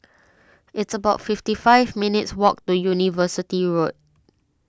it's about fifty five minutes' walk to University Road